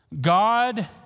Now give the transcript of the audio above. God